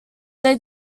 they